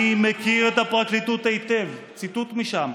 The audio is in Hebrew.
אני מכיר את הפרקליטות היטב, ציטוט משם,